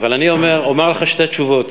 אבל אני אומר לך שתי תשובות: